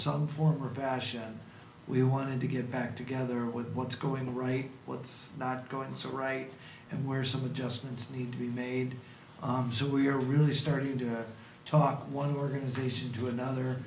some form or fashion we want to get back together with what's going on right what's not going so right and where some adjustments need to be made so we're really starting to talk to one organization to another